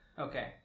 Okay